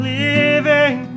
living